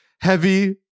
heavy